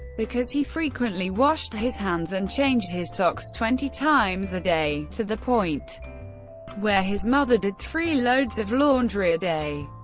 because he frequently washed his hands and changed his socks twenty times a day, to the point where his mother did three loads of laundry a day.